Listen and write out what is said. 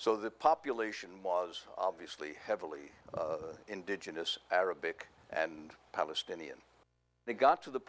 so the population was obviously heavily indigenous arabic and palestinian they got to the